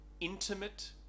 intimate